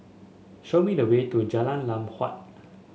show me the way to Jalan Lam Huat